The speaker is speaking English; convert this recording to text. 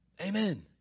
Amen